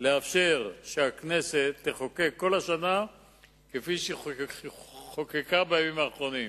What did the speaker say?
לאפשר שהכנסת תחוקק כל השנה כפי שחוקקה בימים האחרונים.